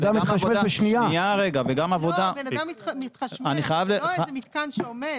בן אדם מתחשמל בשנייה.